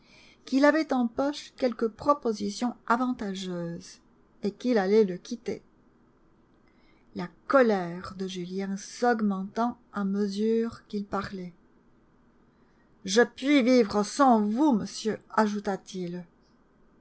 qu'il avait en poche quelque proposition avantageuse et qu'il allait le quitter la colère de julien s'augmentant à mesure qu'il parlait je puis vivre sans vous monsieur ajouta-t-il